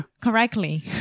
correctly